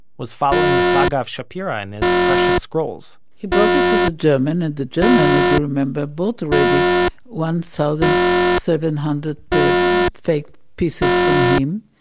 was following the saga of shapira and his precious scrolls he brought it to the german. and the german, as you remember, bought already one thousand seven hundred fake pieces from him,